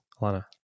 Alana